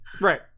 Right